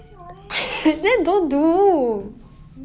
then don't do